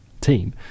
team